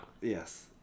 Yes